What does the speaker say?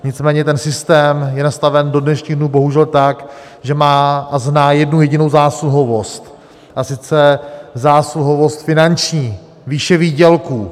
Nicméně ten systém je nastaven do dnešních dnů bohužel tak, že má a zná jednu jedinou zásluhovost, a sice zásluhovost finanční, výše výdělků.